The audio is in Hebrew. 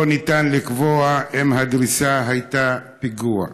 לא ניתן לקבוע אם הדריסה הייתה פיגוע.